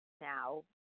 now